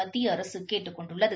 மத்திய அரசு கேட்டுக் கொண்டுள்ளது